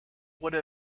would